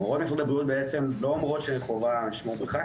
הוראות משרד הבריאות בעצם לא אומרות שחובה לשמור מרחק,